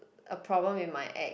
a problem with my act